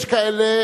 יש כאלה